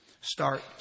start